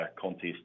contest